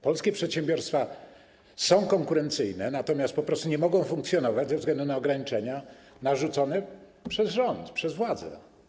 Polskie przedsiębiorstwa są konkurencyjne, natomiast po prostu nie mogą funkcjonować ze względu na ograniczenia narzucone przez rząd, przez władzę.